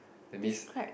that means